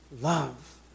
love